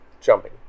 jumping